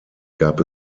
gab